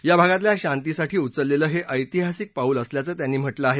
या भागातल्या शांतीसाठी उचललेलं हे ऐतिहासिक पाऊल असल्याचं त्यांनी म्हटलं आहे